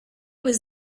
was